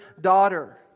daughter